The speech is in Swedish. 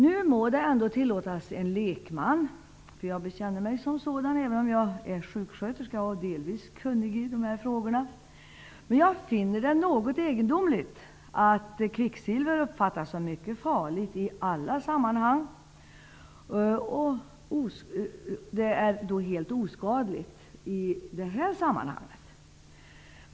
Nu må det ändå tillåtas en lekman -- jag känner mig som en sådan, även om jag är sjuksköterska och delvis kunnig i dessa frågor -- att finna det något egendomligt att kvicksilver uppfattas som mycket farligt i alla andra sammanhang men skulle vara helt oskadligt på detta område.